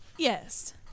Yes